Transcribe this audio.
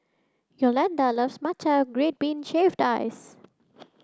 Yolanda loves matcha red bean shaved ice